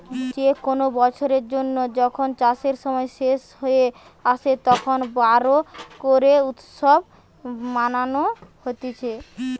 যে কোনো বছরের জন্য যখন চাষের সময় শেষ হয়ে আসে, তখন বোরো করে উৎসব মানানো হতিছে